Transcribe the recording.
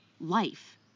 life